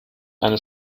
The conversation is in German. eine